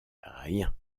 rien